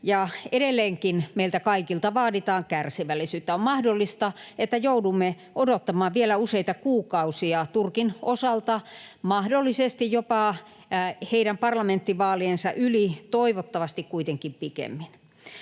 edelleenkin meiltä kaikilta vaaditaan kärsivällisyyttä. On mahdollista, että joudumme odottamaan vielä useita kuukausia, Turkin osalta mahdollisesti jopa heidän parlamenttivaaliensa yli. Toivottavasti kuitenkin pikemmin.